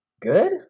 good